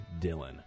Dylan